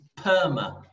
PERMA